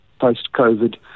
post-COVID